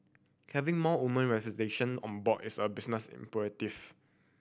having more woman representation on board is a business imperative